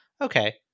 okay